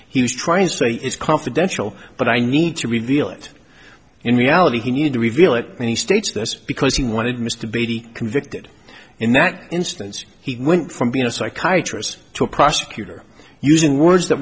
he was trying to say it's confidential but i need to reveal it in reality he need to reveal it and he states this because he wanted miss to be convicted in that instance he went from being a psychiatrist to a prosecutor using words that